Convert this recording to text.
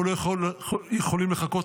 אנחנו לא יכולים לחכות,